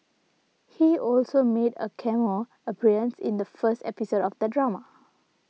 he also made a cameo appearance in the first episode of the drama